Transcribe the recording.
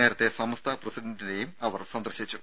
നേരത്തെ സമസ്ത പ്രസിഡന്റിനേയും സന്ദർശിച്ചു